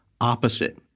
opposite